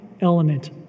element